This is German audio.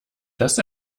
das